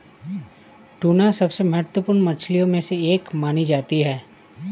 tuna सबसे महत्त्वपूर्ण मछलियों में से एक मानी जाती है